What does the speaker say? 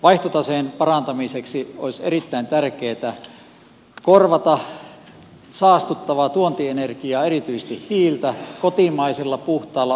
vaihtotaseen parantamiseksi olisi erittäin tärkeätä korvata saastuttavaa tuontienergiaa erityisesti hiiltä kotimaisella puhtaalla uusiutuvalla puulla